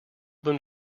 been